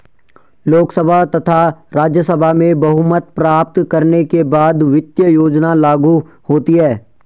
लोकसभा तथा राज्यसभा में बहुमत प्राप्त करने के बाद वित्त योजना लागू होती है